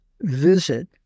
visit